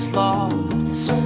lost